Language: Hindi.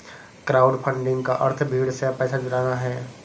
क्राउडफंडिंग का अर्थ भीड़ से पैसा जुटाना है